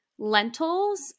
lentils